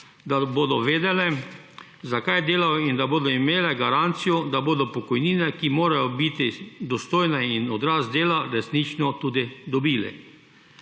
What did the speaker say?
da bodo vedeli, zakaj delajo, in da bodo imeli garancijo, da bodo pokojnine, ki morajo biti dostojne in odraz dela, resnično tudi dobili.